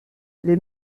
les